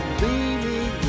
leaning